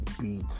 beat